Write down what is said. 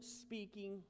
speaking